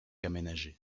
aménagé